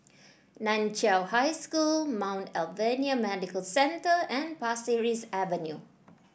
Nan Chiau High School Mount Alvernia Medical Centre and Pasir Ris Avenue